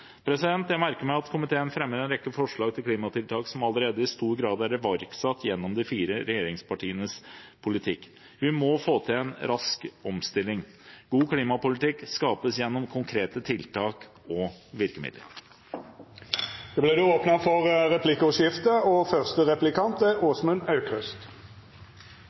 Jeg merker meg at komiteen fremmer en rekke forslag til klimatiltak som allerede i stor grad er iverksatt gjennom de fire regjeringspartienes politikk. Vi må få til en rask omstilling. God klimapolitikk skapes gjennom konkrete tiltak og konkrete virkemidler. Det vert replikkordskifte. Det er i og